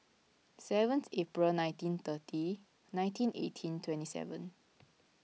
seventh April nineteen thirty nineteen eighteen twenty seven